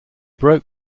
broke